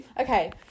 Okay